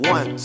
One